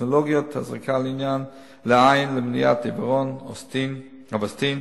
טכנולוגיות הזרקה לעין למניעת עיוורון, "אווסטין"